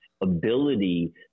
ability